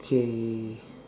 K